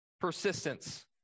persistence